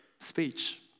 speech